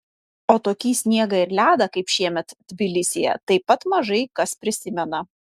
o tokį sniegą ir ledą kaip šiemet tbilisyje taip pat mažai kas prisimena